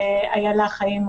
ואיילה חיים,